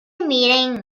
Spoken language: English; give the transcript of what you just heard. meeting